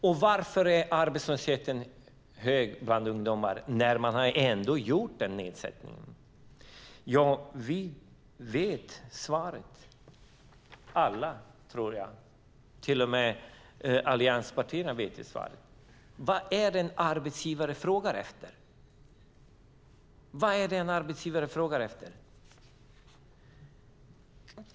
Och varför är arbetslösheten hög bland ungdomar när den här nedsättningen ändå har gjorts? Ja, vi vet alla svaret, tror jag, till och med allianspartierna. Vad är det en arbetsgivare frågar efter?